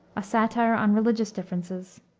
a satire on religious differences.